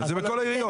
גם היטלים,